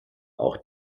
auch